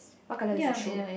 what color is her shoe